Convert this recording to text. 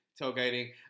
tailgating